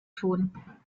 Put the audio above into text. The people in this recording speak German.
tun